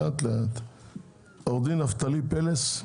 עורך דין נפתלי פלס.